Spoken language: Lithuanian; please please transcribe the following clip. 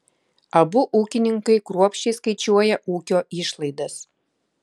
abu ūkininkai kruopščiai skaičiuoja ūkio išlaidas